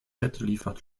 liefert